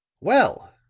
well,